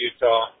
Utah